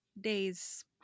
days